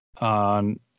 on